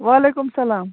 وعلیکُم سلام